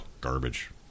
Garbage